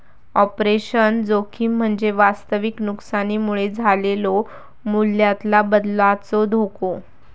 operational जोखीम म्हणजे वास्तविक नुकसानीमुळे झालेलो मूल्यातला बदलाचो धोको